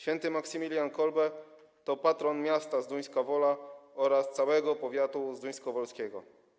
Św. Maksymilian Kolbe to patron miasta Zduńska Wola oraz całego powiatu zduńskowolskiego.